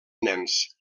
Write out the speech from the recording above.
nens